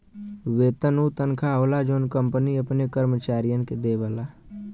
वेतन उ तनखा होला जौन कंपनी अपने कर्मचारियन के देवला